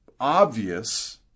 obvious